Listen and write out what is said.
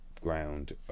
ground